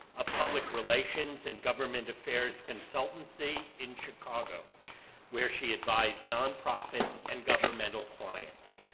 a public relations and government affairs consultancy in chicago where she advised nonprofit and governmental clients.